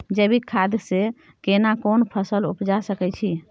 जैविक खाद से केना कोन फसल उपजा सकै छि?